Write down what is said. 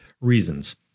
reasons